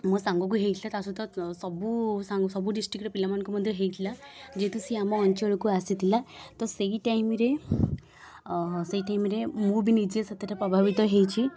ମୋ ସାଙ୍ଗକୁ ହେଇଥିଲା ତା' ସହିତ ସବୁ ସାଙ୍ଗ ସବୁ ଡିଷ୍ଟ୍ରିକ୍ଟରେ ପିଲାମାନଙ୍କୁ ମଧ୍ୟ ହେଇଥିଲା ଯେହେତୁ ସିଏ ଆମ ଅଞ୍ଚଳକୁ ଆସିଥିଲା ତ ସେହି ଟାଇମ୍ରେ ଅ ହ ସେହି ଟାଇମ୍ରେ ମୁଁ ବି ନିଜେ ସେତେଟା ପ୍ରଭାବିତ ହେଇଛି